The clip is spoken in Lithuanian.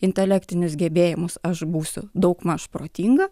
intelektinius gebėjimus aš būsiu daugmaž protinga